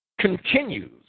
continues